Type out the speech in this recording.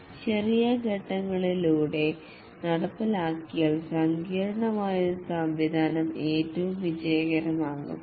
"ചെറിയ ഘട്ടങ്ങളിലൂടെ നടപ്പിലാക്കിയാൽ സങ്കീർണ്ണമായ ഒരു സംവിധാനം ഏറ്റവും വിജയകരമാകും